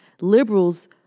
liberals